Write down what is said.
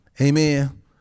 Amen